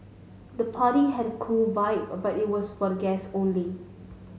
the party had a cool vibe but it was for the guest only